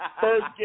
First